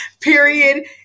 period